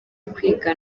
kwiga